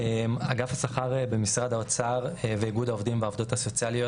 אגף השכר במשרד האוצר ואיגוד העובדים והעובדות הסוציאליות